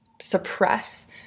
suppress